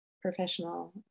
professional